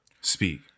speak